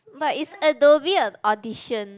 but it's Adobe uh edition